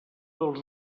dels